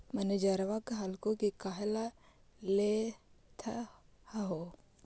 मैनेजरवा कहलको कि काहेला लेथ हहो?